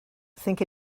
think